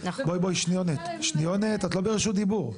שניונת את לא ברשות דיבור.